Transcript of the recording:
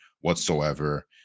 whatsoever